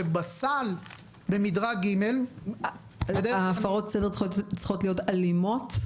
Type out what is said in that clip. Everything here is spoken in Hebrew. שבסל במדרג ג' --- הפרות הסדר צריכות להיות אלימות?